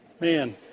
Man